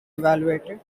evaluated